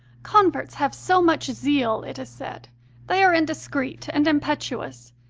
converts have so much zeal, it is said they are indiscreet and impetu ous.